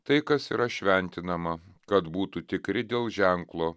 tai kas yra šventinama kad būtų tikri dėl ženklo